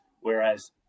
Whereas